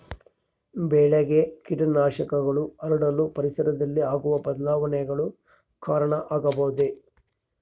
ಬೆಳೆಗೆ ಕೇಟನಾಶಕಗಳು ಹರಡಲು ಪರಿಸರದಲ್ಲಿ ಆಗುವ ಬದಲಾವಣೆಗಳು ಕಾರಣ ಆಗಬಹುದೇ?